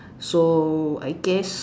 so I guess